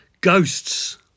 Ghosts